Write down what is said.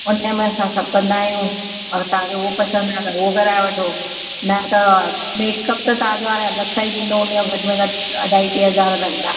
उनमें असां सभु कंदा आहियूं और तव्हांखे उहो पसंदि आहे त उहो कराए वठो न त मेकअप त तव्हांजो हाणे अलॻि सां ई थींदो उन्हीअ जो घटि में घटि अढाई टे हज़ार लगंदा